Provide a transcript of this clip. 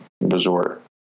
resort